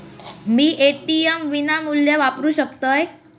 मी ATM विनामूल्य वापरू शकतय?